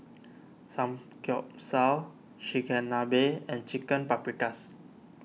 Samgeyopsal Chigenabe and Chicken Paprikas